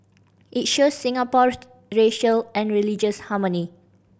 it shows Singapore racial and religious harmony